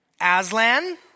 Aslan